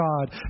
God